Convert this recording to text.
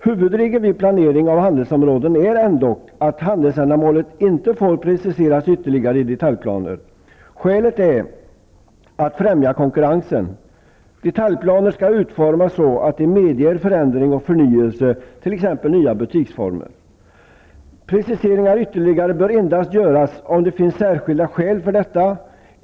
Huvudregeln vid planering av handelsområden är ändock att handelsändamålet inte får preciseras ytterligare i detaljplaner. Skälet är att främja konkurrensen. Detaljplaner skall utformas så att de medger förändring och förnyelse, t.ex. nya butiksformer. Ytterligare preciseringar bör göras endast om det finns särskilda skäl för detta.